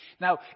Now